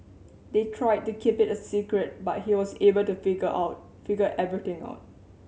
they tried to keep it a secret but he was able to figure out figure everything out